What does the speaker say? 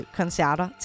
koncerter